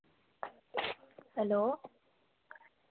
hello